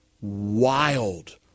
wild